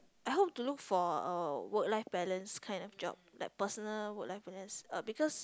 I hope to look for uh work life balance kind of job like personal work life balance uh because